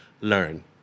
learn